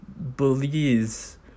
Belize